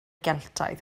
geltaidd